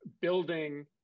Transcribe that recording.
building